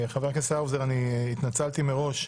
חבר הכנסת האוזר, התנצלתי מראש.